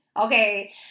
Okay